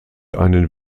einen